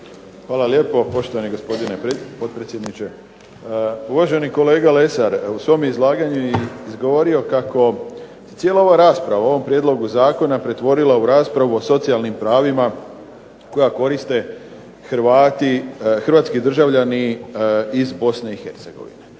Hvala lijepo. Poštovani gospodine potpredsjedniče. Uvaženi kolega Lesar je u svom izlaganju izgovorio kako se cijela ova rasprava o ovom prijedlogu zakona pretvorila u raspravu o socijalnim pravima koja koriste hrvatski državljani iz Bosne i Hercegovine.